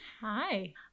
Hi